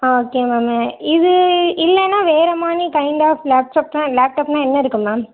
ஆ okay ma'am இது இல்லைனா வேறு மாதிரி கைன்ட் ஆஃப் லேப்டப்னா லேப்டாப்னா என்ன இருக்குது மேம்